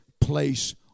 Place